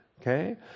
okay